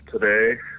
today